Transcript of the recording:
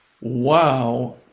wow